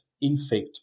infect